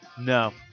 no